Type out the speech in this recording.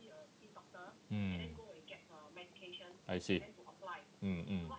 mm I see mm mm